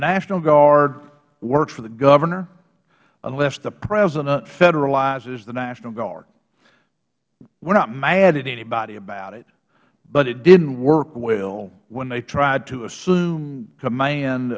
national guard works for the governor unless the president federalizes the national guard we are not mad at anybody about it but it didn't work well when they tried to assume command